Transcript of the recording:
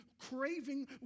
craving